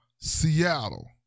Seattle